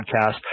podcast